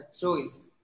choice